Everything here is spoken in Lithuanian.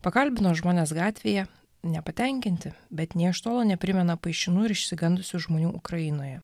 pakalbino žmones gatvėje nepatenkinti bet nė iš tolo neprimena paišinų ir išsigandusių žmonių ukrainoje